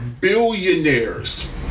billionaires